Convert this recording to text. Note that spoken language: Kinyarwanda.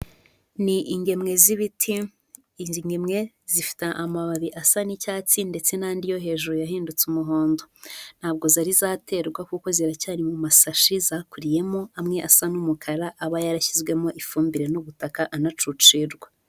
Ni ingemwe z'ibiti, izi ngemwe zifite amababi asa n'icyatsi ndetse n'andi yo hejuru yahindutse umuhondo. Ntabwo zari zaterwa kuko ziracyari mu masashi zakuriyemo, amwe asa n'umukara aba yarashyizwemo ifumbire n'ubutaka anacucirwa.